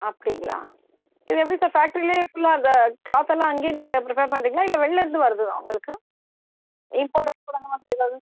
அப்படிங்களா இது எப்படி சார் ஃபேக்ட்ரிலயே ஃபுல்லா க்ளா க்ளாத்தெல்லாம் அங்கேயே நீங்கள் ப்ரிப்பர் பண்ணுறீங்களா இல்லை வெளியிலேருந்து வருதா உங்களுக்கு இம்போர்ட் எஸ்ப்போர்ட் அந்த மாதிரி ஏதாவது